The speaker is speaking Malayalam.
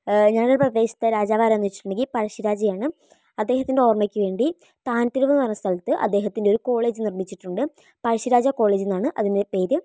ഞങ്ങളുടെ പ്രദേശത്തെ രാജാവാരാന്ന് ചോദിച്ചിട്ടുണ്ടെങ്കി പഴശ്ശിരാജയാണ് അദ്ദേഹത്തിൻ്റെ ഓർമ്മക്ക് വേണ്ടി താൻതെരുവ് എന്നുപറയുന്ന സ്ഥലത്ത് അദ്ദേഹത്തിൻറെ ഒരു കോളേജ് നിർമിച്ചിട്ടുണ്ട് പഴശ്ശിരാജാ കോളേജ് എന്നാണ് അതിൻ്റെ പേര്